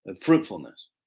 fruitfulness